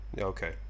Okay